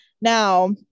Now